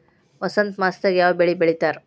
ವಸಂತ ಮಾಸದಾಗ್ ಯಾವ ಬೆಳಿ ಬೆಳಿತಾರ?